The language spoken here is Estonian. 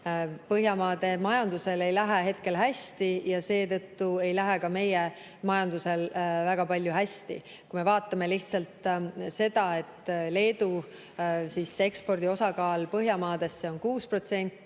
Põhjamaade majandusel ei lähe hetkel hästi ja seetõttu ei lähe ka meie majandusel väga hästi. Vaatame kas või seda, et Leedu ekspordi osakaal Põhjamaadesse on 6%,